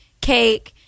cake